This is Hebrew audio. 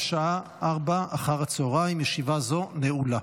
בשעה 16:00. ישיבה זו נעולה.